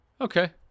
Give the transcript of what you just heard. Okay